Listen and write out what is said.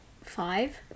five